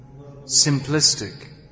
simplistic